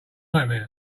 nightmare